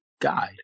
Guide